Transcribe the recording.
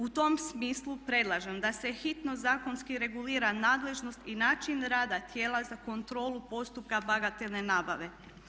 U tom smislu predlažem da se hitno zakonski regulira nadležnost i način rada tijela za kontrolu postupka bagatelne nabave.